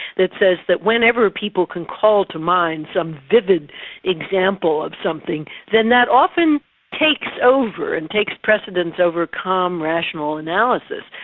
that says that whenever people can call to mind some vivid example of something, then that often takes over and takes precedence over calm rational analysis.